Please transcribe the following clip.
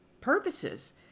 purposes